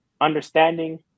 Understanding